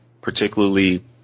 particularly